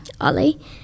Ollie